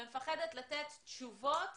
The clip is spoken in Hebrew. ומפחדת לתת תשובות